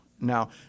Now